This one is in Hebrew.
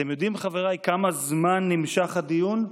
אתם יודעים, חבריי, כמה זמן נמשך הדיון?